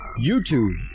YouTube